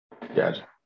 Gotcha